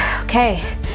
okay